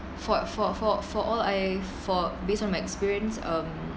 for for for for all I for based on my experience um